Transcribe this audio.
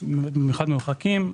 במיוחד במרחקים.